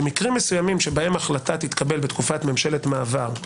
שמקרים מסוימים שהחלטה תתקבל בתקופת ממשלת מעבר,